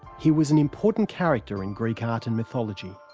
he was an important character in greek art and mythology.